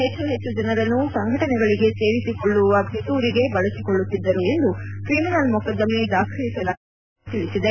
ಹೆಚ್ಚು ಹೆಚ್ಚು ಜನರನ್ನು ಸಂಘಟನೆಗಳಿಗೆ ಸೇರಿಸಿಕೊಳ್ಳುಬವ ಪಿತೂರಿಗೆ ಬಳಸಿಕೊಳ್ಳುತ್ತಿದ್ದರು ಎಂದು ಕ್ರಿಮಿನಲ್ ಮೊಕದ್ದಮೆ ದಾಖಲಿಸಲಾಗಿದೆ ಎಂದು ಎನ್ಐಎ ತಿಳಿಸಿದೆ